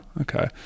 okay